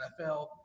NFL